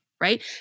right